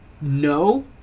No